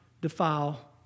defile